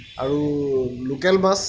আৰু লোকেল মাছ